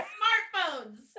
smartphones